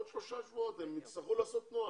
עוד שלושה שבועות הם יצטרכו לעשות נוהל.